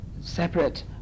separate